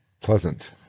Pleasant